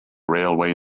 railway